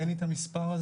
אין לי את המספר הזה,